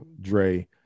Dre